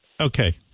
Okay